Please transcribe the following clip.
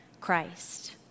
Christ